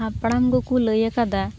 ᱦᱟᱯᱲᱟᱢ ᱠᱚᱠᱚ ᱞᱟᱹᱭᱟᱠᱟᱫᱟ